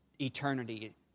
eternity